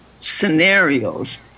scenarios